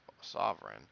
sovereign